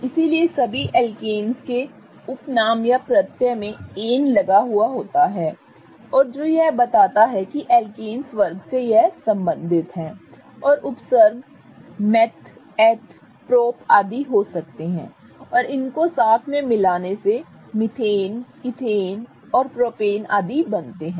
इसलिए सभी एल्केन्स के उपनाम या प्रत्यय में ane लगा होता है जो यह बताता है कि वे एल्केन्स वर्ग से संबंधित हैं और उपसर्ग मेथ एथ प्रोप आदि हो सकते हैं इन्हें एक साथ मिलाने से आपको मीथेन ईथेन और प्रोपेन इत्यादि मिलते हैं